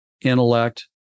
intellect